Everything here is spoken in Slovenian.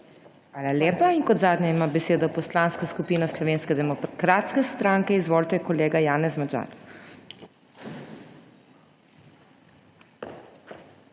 Hvala lepa. Kot zadnja ima beseda Poslanska skupina Slovenske demokratske stranke. Izvolite, kolega Janez Magyar.